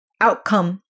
outcome